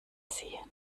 anziehen